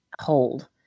hold